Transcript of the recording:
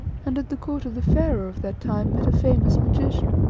and at the court of the pharaoh of that time met a famous magician,